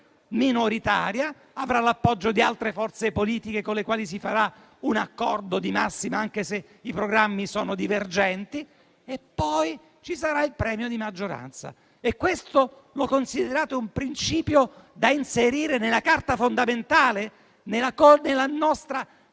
minoritaria avrà l'appoggio di altre forze politiche con le quali si farà un accordo di massima, anche se i programmi sono divergenti, e poi ci sarà il premio di maggioranza. E questo lo considerate un principio da inserire nella Carta fondamentale, nella nostra